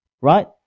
right